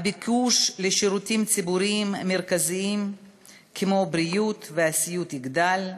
הביקוש לשירותים ציבוריים מרכזיים כמו בריאות וסיעוד יגדל,